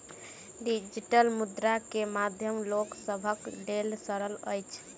digital मुद्रा के माध्यम लोक सभक लेल सरल अछि